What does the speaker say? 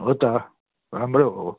हो त राम्रै हो